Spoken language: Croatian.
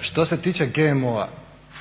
Što se tiče GMO-a